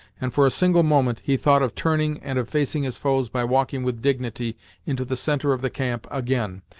and, for a single moment, he thought of turning, and of facing his foes by walking with dignity into the centre of the camp again.